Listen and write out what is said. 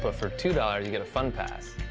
but for two dollars you get a fun pass.